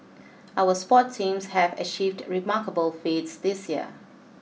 our sports teams have achieved remarkable feats this year